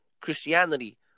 Christianity